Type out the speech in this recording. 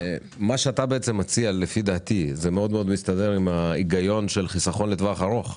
מה שאתה מציע לפי דעתי מסתדר עם ההיגיון של חיסכון לטווח ארוך,